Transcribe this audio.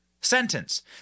sentence